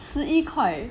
十一块